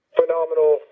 phenomenal